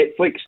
Netflix